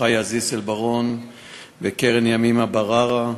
חיה זיסל בראון וקארן ימימה מוסקרה,